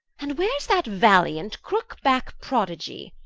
and where's that valiant crook-back prodigie,